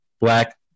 black